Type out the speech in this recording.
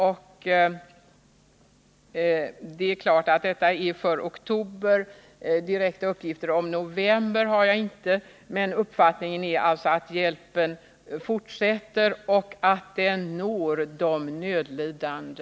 Några direkta uppgifter om vad som gjorts under november har jag inte, men intrycket är alltså att hjälpen fortsätter och att den når de nödlidande.